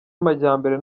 amajyambere